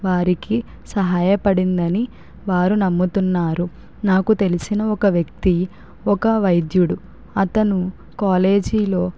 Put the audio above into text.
వారికి సహాయపడిందని వారు నమ్ముతున్నారు నాకు తెలిసిన ఒక వ్యక్తి ఒక వైద్యుడు అతను కాలేజీలో